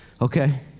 okay